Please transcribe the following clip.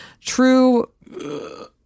true